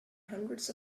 hundreds